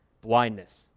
blindness